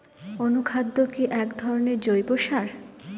অনুখাদ্য কি এক ধরনের জৈব সার?